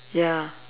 ya